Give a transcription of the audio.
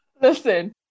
Listen